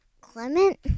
Clement